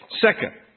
Second